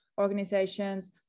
organizations